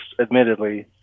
admittedly